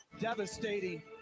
Devastating